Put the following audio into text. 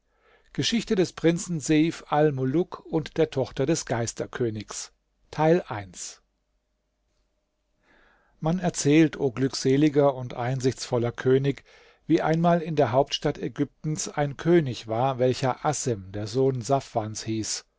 geschichte des prinzen seif almuluk und der tochter des geisterkönigs man erzählt o glückseliger und einsichtsvoller könig wie einmal in der hauptstadt ägyptens ein könig war welcher assem der sohn safwans hieß